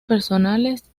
personales